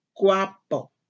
guapo